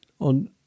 on